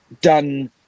done